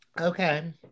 Okay